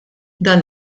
dan